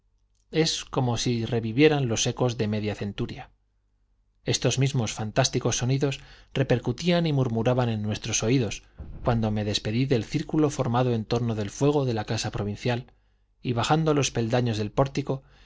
es como si revivieran los ecos de media centuria estos mismos fantásticos sonidos repercutían y murmuraban en nuestros oídos cuando me despedí del círculo formado en torno del fuego de la casa provincial y bajando los peldaños del pórtico